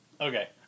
Okay